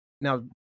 Now